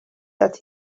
that